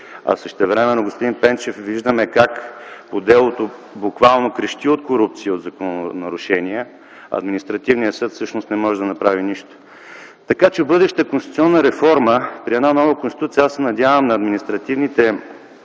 а същевременно, господин Пенчев, виждаме как делото буквално крещи от корупция и закононарушения, а Административният съд всъщност не може да направи нищо. В бъдеща конституционна реформа, при една нова Конституция, аз се надявам на административните